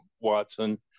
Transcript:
Watson